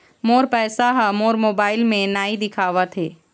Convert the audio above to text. मोर पैसा ह मोर मोबाइल में नाई दिखावथे